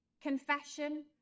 Confession